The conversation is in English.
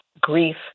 grief